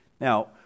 Now